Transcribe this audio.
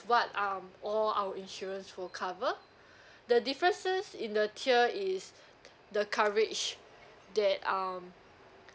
what um all our insurance will cover the differences in the tier is the coverage that um